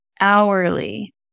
hourly